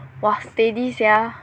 !wah! steady sia